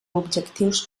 objectius